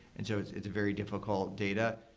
and so it's it's a very difficult data.